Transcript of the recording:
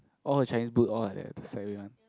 all the Chinese book all like that the sideway one